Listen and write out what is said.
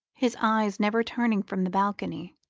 his eyes never turning from the balcony.